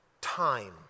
Time